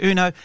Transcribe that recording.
Uno